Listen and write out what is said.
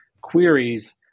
queries